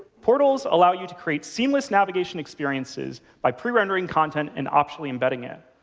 portals allow you to create seamless navigation experiences by pre-rendering content and optionally embedding it.